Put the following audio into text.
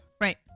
Right